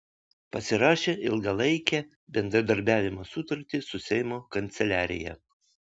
pasirašė ilgalaikę bendradarbiavimo sutartį su seimo kanceliarija